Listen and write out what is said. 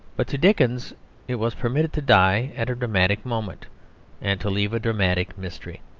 but to dickens it was permitted to die at a dramatic moment and to leave a dramatic mystery.